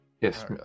Yes